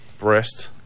Breast